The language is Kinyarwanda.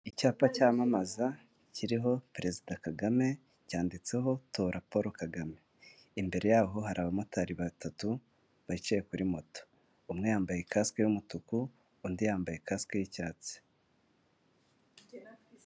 Icyapa cyamamaza kiriho perezida Kagame cyanditseho tora Polo Kagame imbere yaho hari abamotari batatu bicaye kuri moto umwe yambaye kasik y'umutuku undi yambaye kasike y'icyatsi.